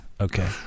okay